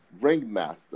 ringmaster